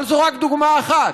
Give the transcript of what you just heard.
אבל זו רק דוגמה אחת.